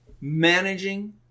Managing